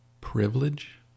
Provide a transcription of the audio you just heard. privilege